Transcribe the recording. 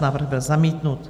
Návrh byl zamítnut.